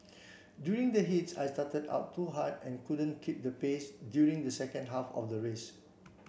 during the heats I started out too hard and couldn't keep the pace during the second half of the race